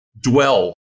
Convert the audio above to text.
dwell